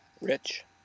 rich